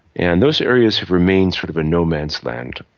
and those areas have remained sort of a no man's land.